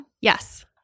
Yes